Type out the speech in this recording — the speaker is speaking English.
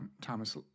Thomas